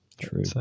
true